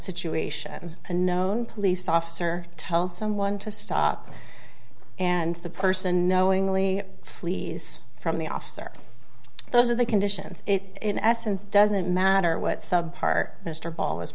situation to known police officer tells someone to stop and the person knowingly flees from the officer those are the conditions it in essence doesn't matter what sub part mr ball is